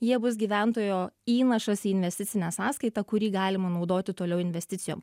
jie bus gyventojo įnašas į investicinę sąskaitą kurį galima naudoti toliau investicijom